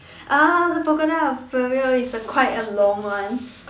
uh the Pagoda of Peril is the quite a long one